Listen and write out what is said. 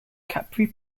capri